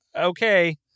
Okay